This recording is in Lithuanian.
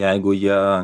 jeigu jie